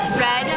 red